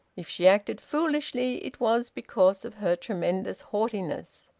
if she acted foolishly it was because of her tremendous haughtiness.